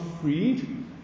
freed